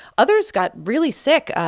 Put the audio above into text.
others got really sick.